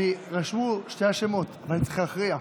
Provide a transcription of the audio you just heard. נרשמו שני שמות ואני צריך להכריע.